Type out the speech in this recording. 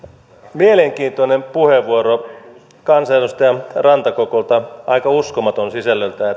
mielenkiintoinen puheenvuoro kansanedustaja rantakankaalta aika uskomaton sisällöltään